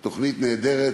זו תוכנית נהדרת,